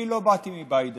אני לא באתי מבית דתי,